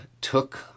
took